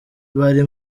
bari